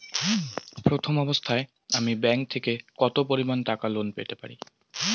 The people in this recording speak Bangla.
প্রথম অবস্থায় আমি ব্যাংক থেকে কত পরিমান টাকা লোন পেতে পারি?